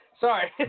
Sorry